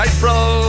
April